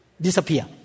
Disappear